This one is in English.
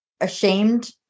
ashamed